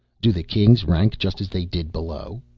do the kings rank just as they did below?